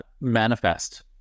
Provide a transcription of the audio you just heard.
manifest